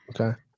Okay